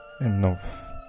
enough